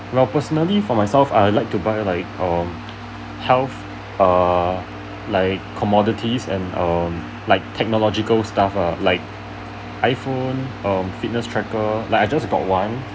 well personally for myself I would to buy like um health uh like commodity and um like technological stuff uh like iphone um fitness tracker like I just got one